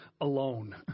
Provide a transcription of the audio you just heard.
alone